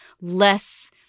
less